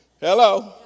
Hello